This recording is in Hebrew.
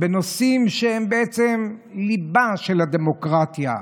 בנושאים שהם בעצם ליבה של הדמוקרטיה,